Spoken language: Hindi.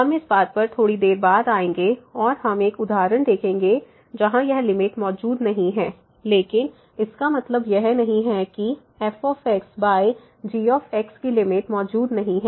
हम इस बात पर थोड़ी देर बाद आएंगे और हम एक उदाहरण देखेंगे जहां यह लिमिट मौजूद नहीं है लेकिन इसका मतलब यह नहीं है कि f g की लिमिट मौजूद नहीं है